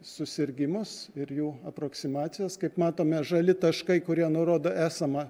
susirgimus ir jų aproksimacijos kaip matome žali taškai kurie nurodo esamą